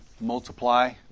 multiply